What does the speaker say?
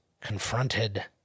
confronted